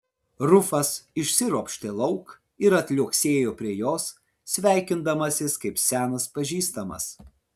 rufas išsiropštė lauk ir atliuoksėjo prie jos sveikindamasis kaip senas pažįstamas